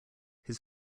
his